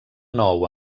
nou